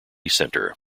center